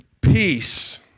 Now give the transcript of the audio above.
Peace